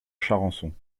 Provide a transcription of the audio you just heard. charançon